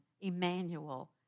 Emmanuel